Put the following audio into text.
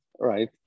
right